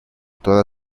toda